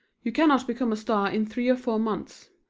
you cannot become a star in three or four months.